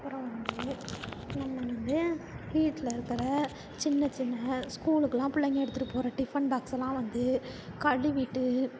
அப்பறம் வந்து வீட்டில் இருக்கிற சின்ன சின்ன ஸ்கூலுக்குலாம் பிள்ளைங்க எடுத்துட்டு போகிற டிஃபன் பாக்ஸ்லாம் வந்து கழுவிட்டு